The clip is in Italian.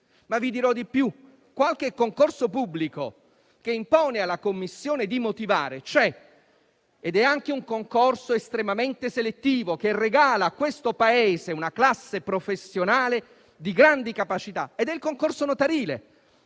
Ma vi dirò di più. Qualche concorso pubblico che impone alla commissione di motivare c'è ed è anche un concorso estremamente selettivo, che regala a questo Paese una classe professionale di grandi capacità: è il concorso notarile,